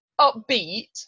upbeat